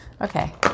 Okay